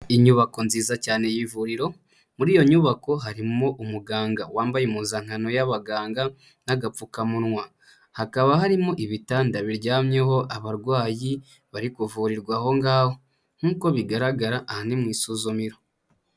Inyubako nziza cyane y'ivuriro, muri iyo nyubako harimo umuganga wambaye impuzankano y'abaganga n'agapfukamunwa; hakaba harimo ibitanda biryamyeho abarwayi bari kuvurirwa aho ngaho; nkuko bigaragara aha ni mu isuzumiro.